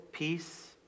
Peace